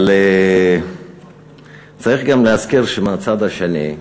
אבל צריך גם להזכיר שמהצד השני,